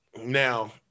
now